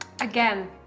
Again